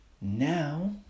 Now